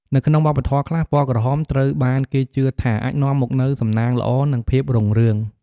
នៅក្នុងវប្បធម៌ខ្លះ ពណ៌ក្រហមត្រូវបានគេជឿថាអាចនាំមកនូវសំណាងល្អ និងភាពរុងរឿង។